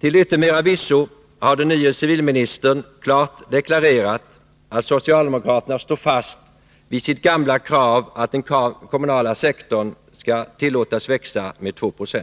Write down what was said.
Till yttermera visso har den nye civilministern klart deklarerat att socialdemokraterna står fast vid sitt gamla krav att den kommunala sektorn skall tillåtas växa med 2 90.